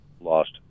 lost